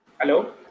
Hello